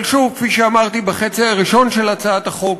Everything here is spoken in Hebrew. אבל שוב, כפי שאמרתי בחצי הראשון של הצעת החוק,